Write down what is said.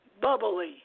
Bubbly